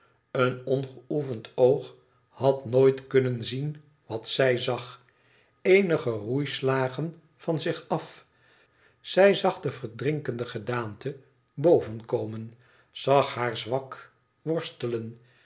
en ongeoefend oog had nooit kunnen zien wat zij zag eenige roeislagen van zich af zij zag de verdrinkende gedaante boven komen zag haar zwak worstelen